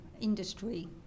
industry